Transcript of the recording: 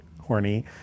horny